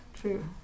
True